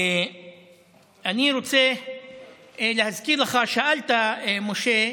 אני רוצה להזכיר לך, שאלת, משה.